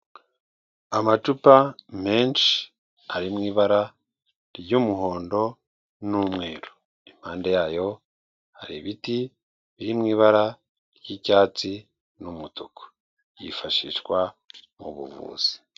Amacupa menshi ari mu ibara ry'umuhondo n'umweru. Impande yayo hari ibiti biri mu ibara ry'icyatsi n'umutuku. Byifashishwa mu buvuzi.